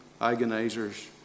agonizers